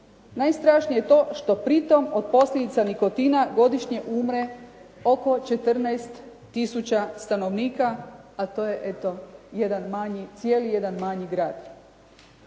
Najstrašnije je to što pri tom od posljedica nikotina godišnje umre oko 14 tisuća stanovnika a to je eto jedan manji,